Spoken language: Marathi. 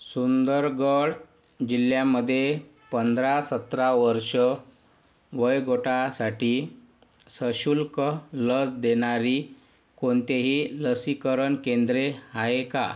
सुंदरगड जिल्ह्यामध्ये पंधरा सतरा वर्ष वयोगटासाठी सशुल्क लस देणारी कोणतेही लसीकरण केंद्रे आहे का